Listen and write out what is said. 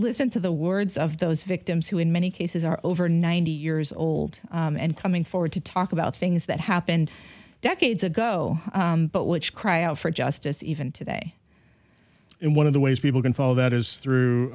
listen to the words of those victims who in many cases are over ninety years old and coming forward to talk about things that happened decades ago but which cry out for justice even today one of the ways people can fall that is through